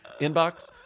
Inbox